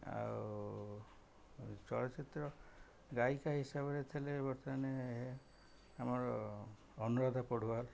ଆଉ ଚଳଚ୍ଚିତ୍ର ଗାୟିକା ହିସାବରେ ଥିଲେ ବର୍ତ୍ତମାନ ଆମର ଅନୁରାଧା ପଢ଼ୁଆର